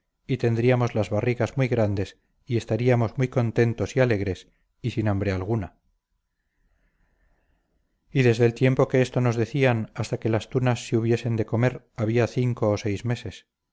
y tendríamos las barrigas muy grandes y estaríamos muy contentos y alegres y sin hambre alguna y desde el tiempo que esto nos decían hasta que las tunas se hubiesen de comer había cinco o seis meses